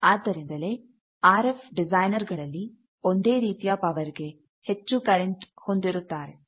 ಆದ್ದರಿಂದಲೇ R F designer ಗಳಲ್ಲಿ ಒಂದೇ ರೀತಿಯ ಪವರ್ ಗೆ ಹೆಚ್ಚು ಕರೆಂಟ್ ಹೊಂದಿರುತ್ತಾರೆ